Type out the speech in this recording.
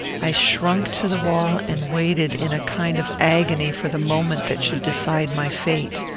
i shrunk to the wall, and waited in a kind of agony for the moment that should decide my fate.